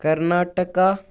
Karnataka